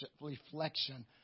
reflection